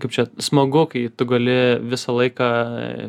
kaip čia smagu kai tu gali visą laiką